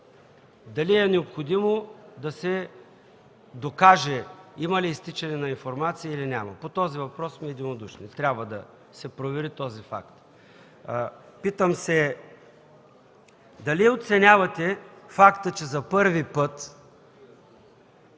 дали е необходимо да се докаже има ли изтичане на информация, или няма. По този въпрос сме единодушни: този факт трябва да се провери. Питам се: дали оценявате факта, че за първи път